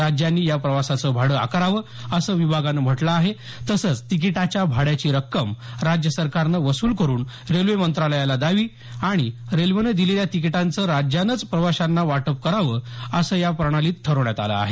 राज्यांनी या प्रवासाचं भाडं आकारावं असं विभागानं म्हटलं आहे तसंच तिकिटाच्या भाड्याची रक्कम राज्य सरकारनं वसूल करून रेल्वे मंत्रालयाला द्यावी आणि रेल्वेनं दिलेल्या तिकीटांचं राज्यानच प्रवाशांना वाटप करावं असं या प्रणालीत ठरवण्यात आलं आहे